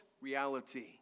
reality